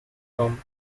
tom